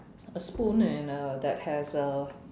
a spoon and uh that has a